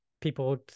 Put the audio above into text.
people